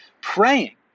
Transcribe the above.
praying